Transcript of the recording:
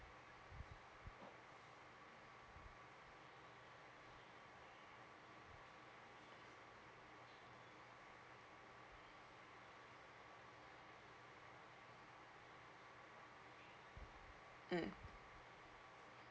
mm